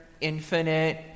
infinite